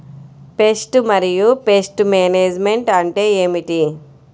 Pest మరియు pest management అంటే ఏమిటి?